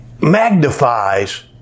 magnifies